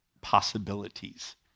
possibilities